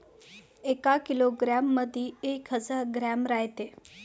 एका किलोग्रॅम मंधी एक हजार ग्रॅम रायते